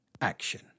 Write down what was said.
action